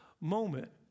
moment